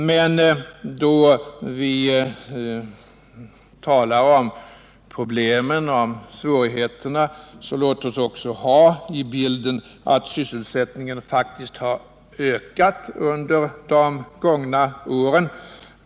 Men då vi talar om problemen och om svårigheterna, låt oss också ha med i bilden att sysselsättningen faktiskt har ökat under de gångna åren.